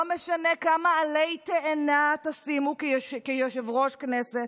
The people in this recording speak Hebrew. לא משנה כמה עלי תאנה תשימו כיושב-ראש הכנסת,